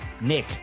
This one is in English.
Nick